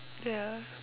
ya